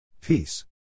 Peace